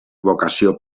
vocació